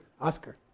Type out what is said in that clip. Oscar